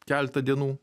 keletą dienų